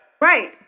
Right